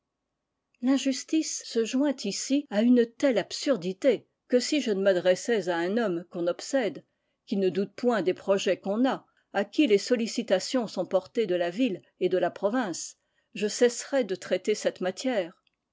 l'injustice se joint ici à une telle absurdité que si je ne m'adressais à un homme qu'on obsède qui ne doute point des projets qu'on a à qui les sollicitations sont portées de la ville et de la province je cesserais de traiter cette matière